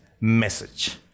message